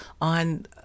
on